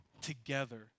together